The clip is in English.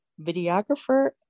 Videographer